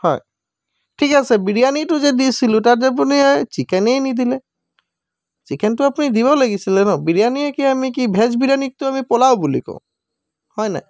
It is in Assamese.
হয় ঠিক আছে বিৰিয়ানিটো যে দিছিলোঁ তাত আপুনি এই চিকেনেই নিদিলে চিকেনটো আপুনি দিব লাগিছিলে ন বিৰিয়ানি কি আমি এতিয়া কি ভেজ বিৰিয়ানিকতো আমি পোলাও বুলি কওঁ হয় নে